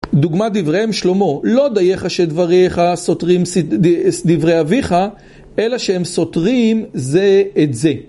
דוגמת דבריהם שלמה, לא דייך שדברייך סותרים דברי אביך אלא שהם סותרים זה את זה.